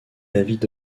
david